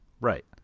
Right